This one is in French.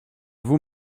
vous